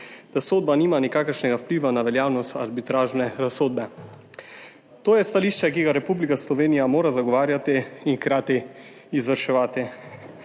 da sodba nima nikakršnega vpliva na veljavnost arbitražne razsodbe. To je stališče, ki ga Republika Slovenija mora zagovarjati in hkrati izvrševati.